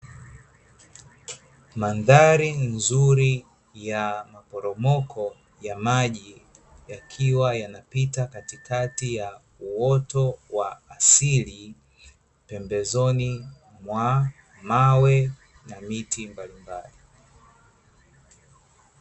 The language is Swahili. Mandhali nzuri ya maporomoko ya maji, yakiwa yanapita katikati ya uoto wa asili pembezoni mwa mawe na miti mbalimbali.